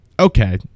Okay